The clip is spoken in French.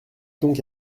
donc